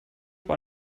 war